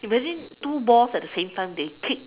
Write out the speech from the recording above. imagine two balls at the same time they kick